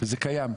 זה קיים.